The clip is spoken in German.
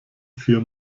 für